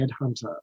headhunter